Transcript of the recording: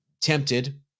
tempted